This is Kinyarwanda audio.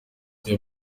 iyo